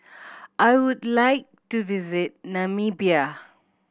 I would like to visit Namibia